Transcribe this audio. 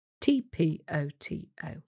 T-P-O-T-O